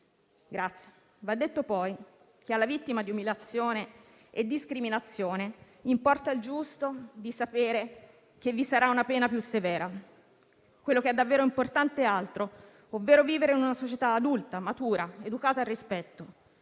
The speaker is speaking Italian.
questo. Va detto, poi, che alla vittima di umiliazione e discriminazione importa il giusto di sapere che vi sarà una pena più severa; ciò che è davvero importante è altro, ovvero vivere in una società adulta, matura, educata al rispetto.